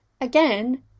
again